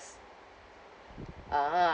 ah